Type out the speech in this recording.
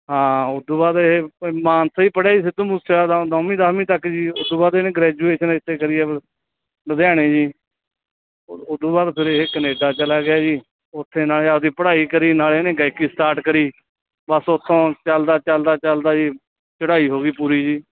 ਹਾਂ ਉੱਦੋਂ ਬਾਅਦ ਇਹ ਮਾਨਸਾ ਹੀ ਪੜੇ ਸਿੱਧੂ ਮੂਸੇ ਵਾਲਾ ਨੌਵੀਂ ਦਸਵੀਂ ਤੱਕ ਜੀ ਉੱਦੋਂ ਬਾਅਦ ਇਹਨੇ ਗ੍ਰੈਜੂਏਸ਼ਨ ਇੱਥੇ ਕਰੀ ਲੁਧਿਆਣੇ ਜੀ ਉੱਦੋਂ ਬਾਅਦ ਫਿਰ ਇਹ ਕਨੇਡਾ ਚਲਾ ਗਿਆ ਜੀ ਉੱਥੇ ਨਾਲੇ ਆਪਣੀ ਪੜ੍ਹਾਈ ਕਰੀ ਨਾਲੇ ਇਹਨੇ ਗਾਇਕੀ ਸਟਾਰਟ ਕਰੀ ਬਸ ਉੱਥੋਂ ਚਲਦਾ ਚਲਦਾ ਚਲਦਾ ਜੀ ਚੜਾਈ ਹੋ ਗਈ ਪੂਰੀ ਜੀ